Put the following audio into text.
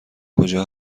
کجا